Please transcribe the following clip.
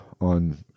on